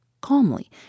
Calmly